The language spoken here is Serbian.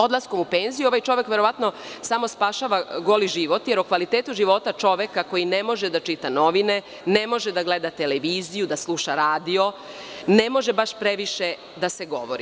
Odlaskom u penziju ovaj čovek verovatno samo spašava goli život, jer o kvalitetu života čoveka koji ne može da čita novine, ne može da gleda televiziju, da sluša radio, ne može baš previše da se govori.